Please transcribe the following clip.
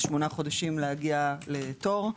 8 חודשים להגיע לתור.